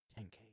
10K